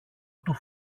του